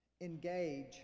engage